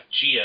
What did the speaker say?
Gia